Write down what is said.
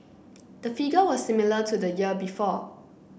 the figure was similar to the year before